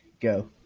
Go